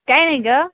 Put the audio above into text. काही नाही गं